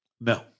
No